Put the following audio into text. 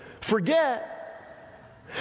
Forget